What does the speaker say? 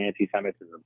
anti-Semitism